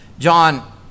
John